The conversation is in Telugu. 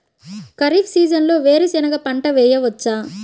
ఖరీఫ్ సీజన్లో వేరు శెనగ పంట వేయచ్చా?